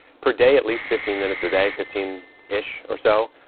per day, at least fifteen minutes a day, fifteen ish or so,